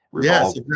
Yes